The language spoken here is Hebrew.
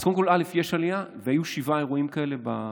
אז קודם כול, יש עלייה, והיו שבעה אירועים כאלה,